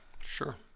sure